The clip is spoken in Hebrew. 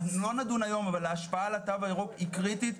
לא נדון היום אבל ההשפעה על התו הירוק היא קריטית.